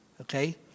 Okay